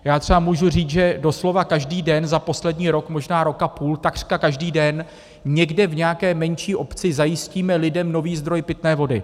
Já třeba můžu říct, že doslova každý den za poslední rok, možná rok a půl, takřka každý den někde v nějaké menší obci zajistíme lidem nový zdroj pitné vody.